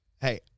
Hey